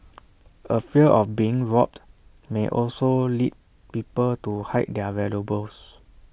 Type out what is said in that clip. A fear of being robbed may also lead people to hide their valuables